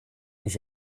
ich